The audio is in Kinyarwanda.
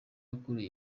ukuriye